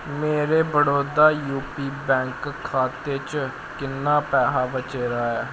मेरे Baroda UP bank खाते च किन्ना पैहा बचे दा ऐ